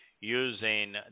using